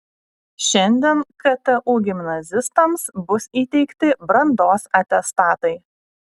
šiandien ktu gimnazistams bus įteikti brandos atestatai